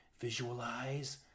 Visualize